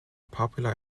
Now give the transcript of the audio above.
popular